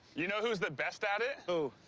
you know who's the best at it? who?